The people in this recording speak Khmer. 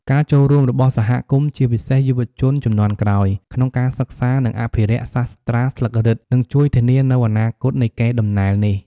ការចូលរួមរបស់សហគមន៍ ជាពិសេសយុវជនជំនាន់ក្រោយ ក្នុងការសិក្សា និងអភិរក្សសាស្រ្តាស្លឹករឹត នឹងជួយធានានូវអនាគតនៃកេរដំណែលនេះ។